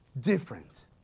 difference